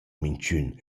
minchün